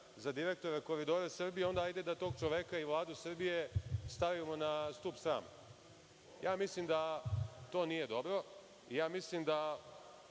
za direktora „Koridora Srbije“, onda hajde da tog čoveka i Vladu Srbije stavimo na stub srama. Mislim da to nije dobro i mislim da